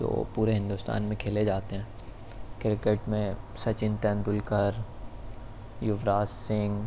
جو پورے ہندوستان میں کھیلے جاتے ہیں کرکٹ میں سچن تندولکر یوراج سنگھ